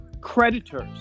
creditors